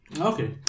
Okay